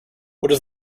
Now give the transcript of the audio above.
does